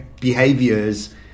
behaviors